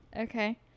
okay